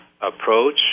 approach